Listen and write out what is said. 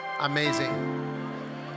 Amazing